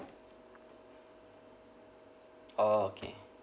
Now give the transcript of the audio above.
oh okay